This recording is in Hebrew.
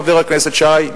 חבר הכנסת שי,